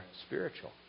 spiritual